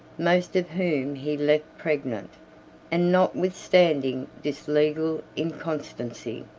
most of whom he left pregnant and notwithstanding this legal inconstancy,